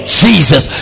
jesus